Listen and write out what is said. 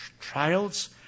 trials